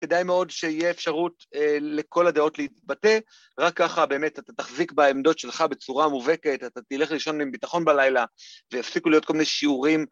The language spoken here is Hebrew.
‫כדאי מאוד שיהיה אפשרות ‫לכל הדעות להתבטא. ‫רק ככה באמת אתה תחזיק ‫בעמדות שלך בצורה מובהקת, ‫אתה תלך לישון עם ביטחון בלילה ‫ויפסיקו להיות כל מיני שיעורים,